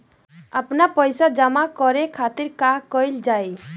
आपन पइसा जमा करे के खातिर का कइल जाइ?